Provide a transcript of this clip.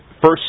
first